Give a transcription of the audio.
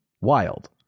Wild